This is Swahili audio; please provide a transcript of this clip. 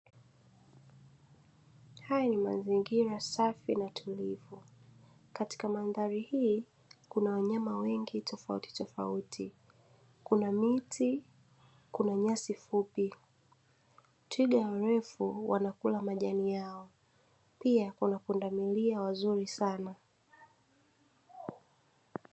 Haya ni mazingira safi na tulivu, katika mandhari hii kuna wanyama wengi tofauti tofauti, kuna miti, kuna nyasi fupi, twiga warefu wanakula majani yao pia kuna pundamili wazuri sana.